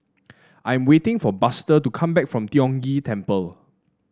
I am waiting for Buster to come back from Tiong Ghee Temple